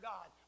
God